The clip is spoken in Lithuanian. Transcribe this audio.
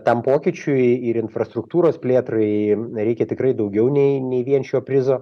tam pokyčiui ir infrastruktūros plėtrai reikia tikrai daugiau nei nei vien šio prizo